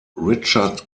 richard